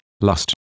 lust